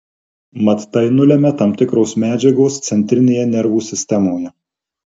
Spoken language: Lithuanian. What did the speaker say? mat tai nulemia tam tikros medžiagos centrinėje nervų sistemoje